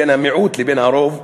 בין המיעוט לבין הרוב,